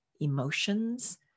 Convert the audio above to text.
emotions